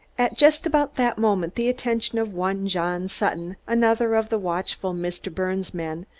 at just about that moment the attention of one john sutton, another of the watchful mr. birnes' men,